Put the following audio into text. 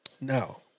Now